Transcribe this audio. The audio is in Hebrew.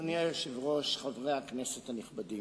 אדוני היושב-ראש, חברי הכנסת הנכבדים,